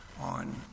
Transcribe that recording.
on